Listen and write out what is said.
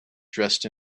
dressed